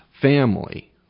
family